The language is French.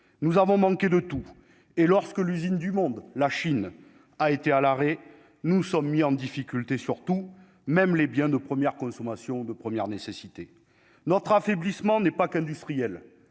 nous avons manqué de tout, et lorsque l'usine du monde, la Chine a été à l'arrêt, nous sommes mis en difficulté surtout même les biens de première consommation de première nécessité, notre affaiblissement n'est pas qu'industriel,